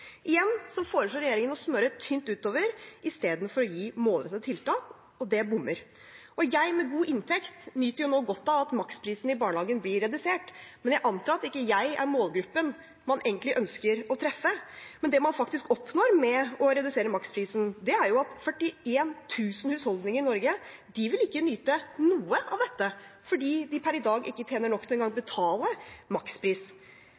Igjen foreslår regjeringen å smøre tynt utover istedenfor å gi målrettede tiltak, og det bommer. Jeg som har god inntekt, nyter nå godt av at maksprisen i barnehagen blir redusert, men jeg antar at ikke jeg er målgruppen man egentlig ønsker å treffe. Det man faktisk oppnår med å redusere maksprisen, er at 41 000 husholdninger i Norge ikke vil nyte godt av noe av dette fordi de per i dag ikke tjener nok til engang å betale makspris.